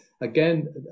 again